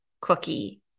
cookie